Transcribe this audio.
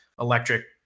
electric